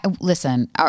listen